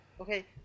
Okay